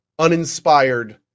Uninspired